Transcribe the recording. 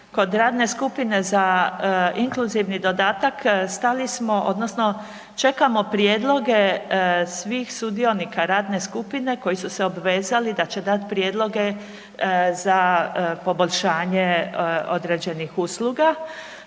kod radne skupine za inkluzivni dodatak, čekamo prijedloge svih sudionika radne skupine koji su se obvezali da će dati prijedloge za poboljšanje određenih usluga,